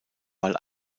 weil